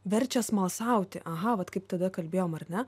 verčia smalsauti aha vat kaip tada kalbėjom ar ne